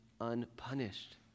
unpunished